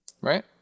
Right